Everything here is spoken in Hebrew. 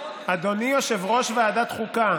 אדוני, יושב-ראש ועדת החוקה,